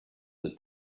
the